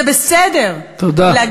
זה בסדר להגיד, תודה.